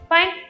Fine